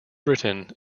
britain